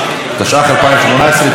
התקבלה בקריאה שנייה ושלישית,